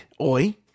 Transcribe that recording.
Oi